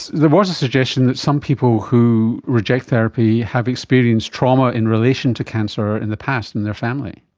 there was a suggestion that some people who reject therapy have experienced trauma in relation to cancer in the past in their family.